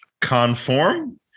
conform